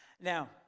Now